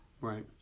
Right